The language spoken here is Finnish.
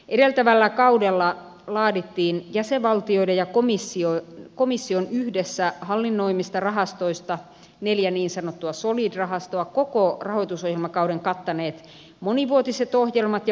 edeltävällä kaudella laadittiin jäsenvaltioiden ja komission yhdessä hallinnoimista rahastoista neljä niin sanottua solid rahastoa koko rahoitusohjelmakauden kattaneet monivuotiset ohjelmat ja vuosittaiset ohjelmat